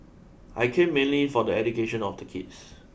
I came mainly for the education of the kids